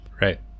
Right